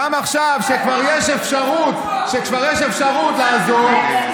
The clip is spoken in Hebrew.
כשכבר יש אפשרות לעזור,